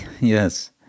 Yes